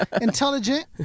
intelligent